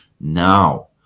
now